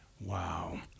Wow